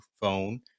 phone